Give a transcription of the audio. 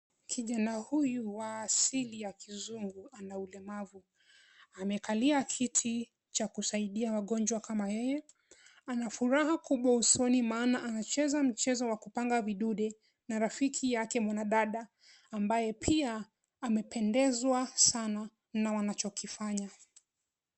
Kijana huyu wa asili ya kizungu ana ulemavu. Amekalia kiti cha kusaidia wagonjwa kama yeye. Ana furaha kubwa usoni maana anacheza mchezo wa kupanga vidude na rafiki yake mwanadada ambaye pia amependezwa sana na wanachokifanya.